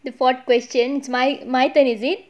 the fourth question it's my my turn is it